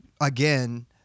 again